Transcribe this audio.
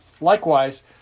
Likewise